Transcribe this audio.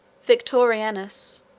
victorinus,